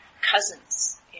cousins